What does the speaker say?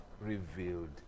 revealed